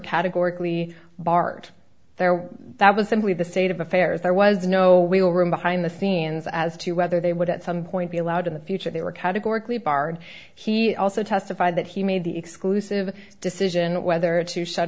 categorically barred there that was simply the state of affairs there was no will room behind the scenes as to whether they would at some point be allowed in the future they were categorically barred he also testified that he made the exclusive decision whether to shut